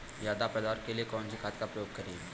ज्यादा पैदावार के लिए कौन सी खाद का प्रयोग करें?